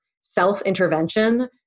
self-intervention